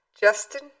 Justin